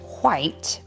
white